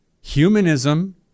humanism